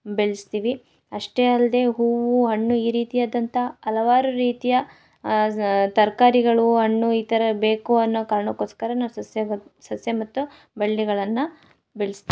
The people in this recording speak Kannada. ಬೆಳೆಸ್ತೀವಿ ಅಷ್ಟೇ ಅಲ್ಲದೆ ಹೂವು ಹಣ್ಣು ಈ ರೀತಿ ಆದಂಥ ಹಲವಾರು ರೀತಿಯ ಜ್ ತರಕಾರಿಗಳು ಹಣ್ಣು ಈ ಥರ ಬೇಕು ಅನ್ನೋ ಕಾರಣಕೋಸ್ಕರ ನಾವು ಸಸ್ಯಗಳ್ ಸಸ್ಯ ಮತ್ತು ಬಳ್ಳಿಗಳನ್ನು ಬೆಳೆಸ್ತೀವ್